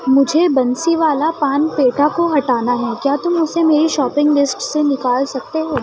مجھے بنسی والا پان پیٹھا کو ہٹانا ہے کیا تم اسے میری شاپنگ لسٹ سے نکال سکتے ہو